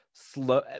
Slow